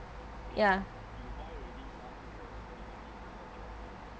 ya